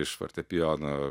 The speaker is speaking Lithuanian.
iš fortepijono